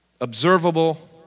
observable